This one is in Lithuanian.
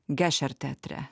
gešer teatre